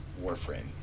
warframe